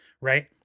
right